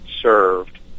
served